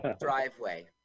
driveway